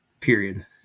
Period